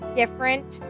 different